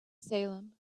salem